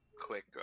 quick